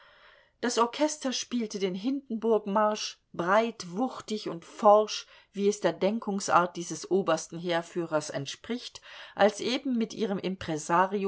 das orchester spielte den hindenburgmarsch breit wuchtig und forsch wie es der denkungsart dieses obersten heerführers entspricht als eben mit ihrem